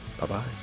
Bye-bye